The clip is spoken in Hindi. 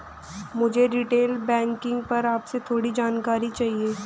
मुझे रीटेल बैंकिंग पर आपसे थोड़ी जानकारी चाहिए